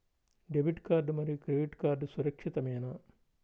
Debit card మరియు credit card సురక్షితమేనా?